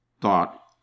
thought